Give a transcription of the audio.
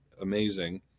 amazing